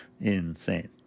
insane